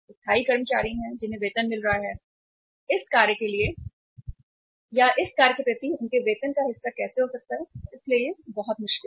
स्थायी कर्मचारी हैं जिन्हें वेतन मिल रहा है तो इस कार्य के लिए इस कार्य के प्रति उनके वेतन का हिस्सा कैसे हो सकता है इसलिए यह बहुत मुश्किल है